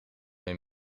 een